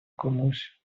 комусь